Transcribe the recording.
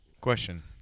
Question